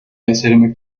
hacerme